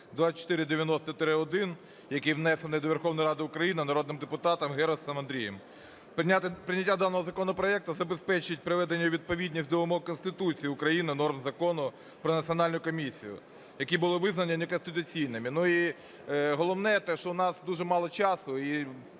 2490-1, який внесений до Верховної Ради України народним депутатом Герусом Андрієм. Прийняття даного законопроекту забезпечить приведення у відповідність до вимог Конституції України норм Закону про Національну комісію, які було визнано неконституційними. І головне те, що у нас дуже мало часу,